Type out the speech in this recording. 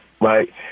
right